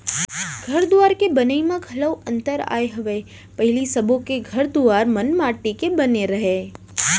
घर दुवार के बनई म घलौ अंतर आय हवय पहिली सबो के घर दुवार मन माटी के बने रहय